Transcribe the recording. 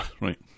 Right